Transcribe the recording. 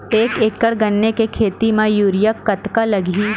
एक एकड़ गन्ने के खेती म यूरिया कतका लगही?